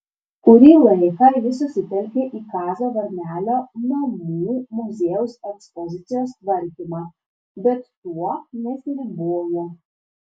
kurį laiką ji susitelkė į kazio varnelio namų muziejaus ekspozicijos tvarkymą bet tuo nesiribojo